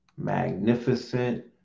Magnificent